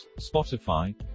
Spotify